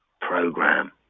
program